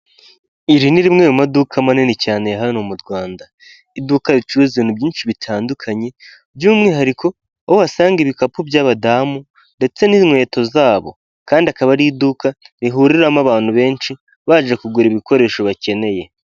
Iri ni rimwe mu maduka manini cyane hano mu Rwanda, iduka ricuruza ibintu byinshi bitandukanye, by'umwihariko aho uhasanga ibikapu by'abadamu ndetse n'inkweto zabo kandi akaba ari iduka rihuriramo abantu benshi baje kugura ibikoresho bakeneye.